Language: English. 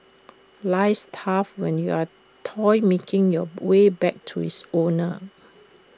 life's tough when you're A toy making your way back to is owner